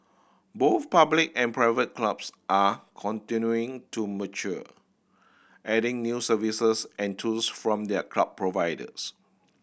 both public and private clubs are continuing to mature adding new services and tools from their club providers